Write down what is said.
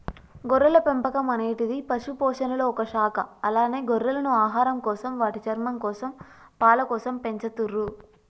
గొర్రెల పెంపకం అనేటిది పశుపోషణలొ ఒక శాఖ అలాగే గొర్రెలను ఆహారంకోసం, వాటి చర్మంకోసం, పాలకోసం పెంచతుర్రు